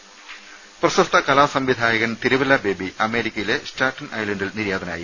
ടെട പ്രശസ്ത കലാ സംവിധായകൻ തിരുവല്ല ബേബി അമേരിക്കയിലെ സ്റ്റാറ്റൻ ഐലൻഡിൽ നിര്യാതനായി